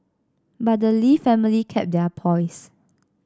but the Lee family kept their poise